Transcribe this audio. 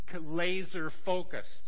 laser-focused